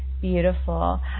Beautiful